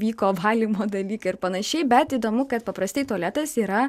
vyko valymo dalykai ir panašiai bet įdomu kad paprastai tualetas yra